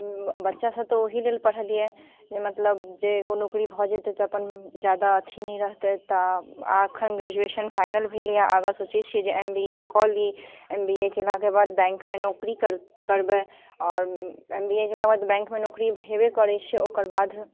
बच्चा सँ तऽ ओहि लेल पढ़लियै जे मतलब जे एगो नौकरी भऽ जेतै तऽ अपन जादा अथी नहि रहतै तऽ अखन ग्रेजुएशन फाइनल भेलैया आगा सोचै छियै जे एम बी ए कऽ ली एम बी ए केला के बाद बैंकमे नौकरी करबै आओर एम बी ए केलाके बाद बैंकमे नौकरी हेबे करै छै ओकर बाद